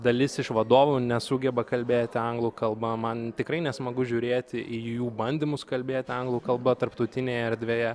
dalis iš vadovų nesugeba kalbėti anglų kalba man tikrai nesmagu žiūrėti į jų bandymus kalbėti anglų kalba tarptautinėje erdvėje